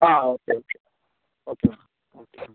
ആ okay okay okay എന്നാൽ okay